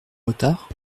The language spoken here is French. retard